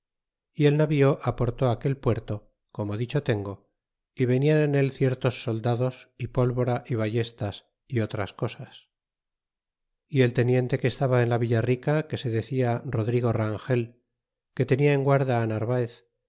y el navío aportó á aquel puerto como dicho tengo y venian en él ciertos solda dos y pólvora y ballestas y otras cosas y el teniente que estaba en la villa rica que se decía rodrigo rangel que tenia en guarda á narvaez